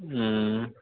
ہوں